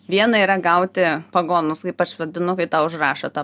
viena yra gauti pagonus kaip aš vadinu kai tau užrašo tą